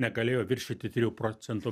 negalėjo viršyti trijų procentų